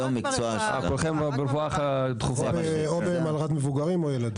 או במלר"ד מבוגרים או ילדים.